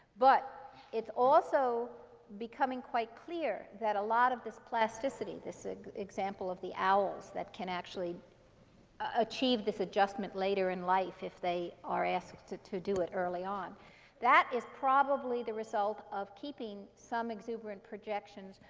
but it's also becoming quite clear that a lot of this plasticity this example of the owls that can actually achieve this adjustment later in life if they are asked to to do it early on that is probably the result of keeping some exuberant projections,